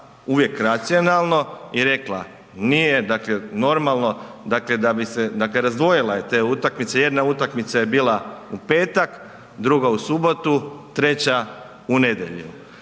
uvijek racionalno i rekla – nije normalno da bi se – dakle razdvojila je te utakmice. Jedna utakmica je bila u petak, druga u subotu, treća u nedjelju.